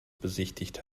besichtigt